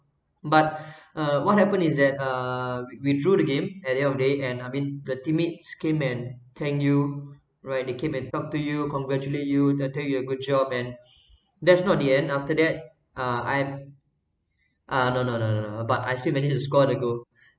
but uh what happened is that uh we drew the game at the end of day and I mean the teammates came and thank you right they came and talk to you congratulate you that tell you a good job and that's not the end after that uh I've uh no no no no no but I still managed to score the goal